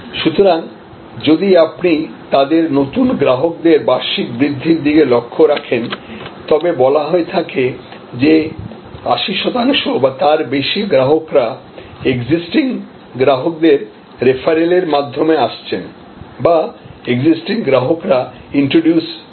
সুতরাং যদি আপনি তাদের নতুন গ্রাহকদের বার্ষিক বৃদ্ধির দিকে লক্ষ্য করেন তবে বলা হয়ে থাকে যে ৮০ শতাংশ বা তার বেশি গ্রাহকরা এক্সিস্টিং গ্রাহকদের রেফারেলের মাধ্যমে আসছেন বা এক্সিস্টিং গ্রাহকরা ইন্ট্রোডিউস করেছেন